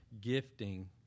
gifting